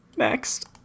Next